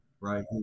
Right